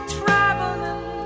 traveling